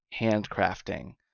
handcrafting